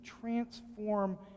transform